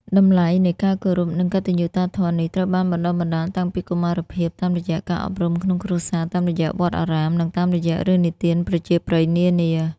តម្លៃនៃការគោរព និងកតញ្ញុតាធម៌នេះ ត្រូវបានបណ្ដុះបណ្ដាលតាំងពីកុមារភាពតាមរយៈការអប់រំក្នុងគ្រួសារ តាមរយៈវត្តអារាម និងតាមរយៈរឿងនិទានប្រជាប្រិយនានា។